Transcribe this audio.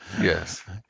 Yes